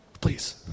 Please